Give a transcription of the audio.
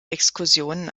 exkursionen